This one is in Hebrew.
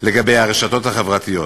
לגבי הרשתות החברתיות.